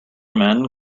men